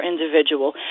individual